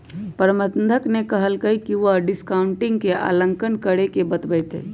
प्रबंधक ने कहल कई की वह डिस्काउंटिंग के आंकलन करके बतय तय